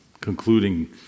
concluding